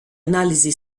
analisi